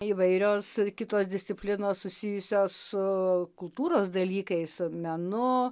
įvairios kitos disciplinos susijusios su kultūros dalykais menu